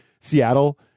Seattle